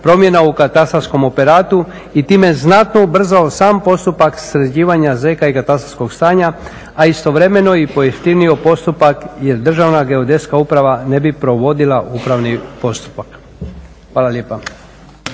promjena u katastarskom operatu i time znatno ubrzao sam postupak sređivanja ZK i katastarskog stanja a istovremeno i pojeftinio postupak jer Državna geodetska uprava ne bi provodila upravni postupak. Hvala lijepa.